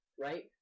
right